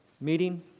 meeting